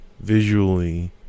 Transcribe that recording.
Visually